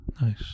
nice